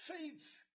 Faith